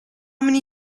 many